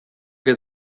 get